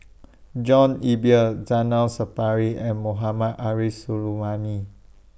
John Eber Zainal Sapari and Mohammad Arif Suhaimi